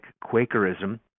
Quakerism